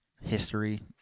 history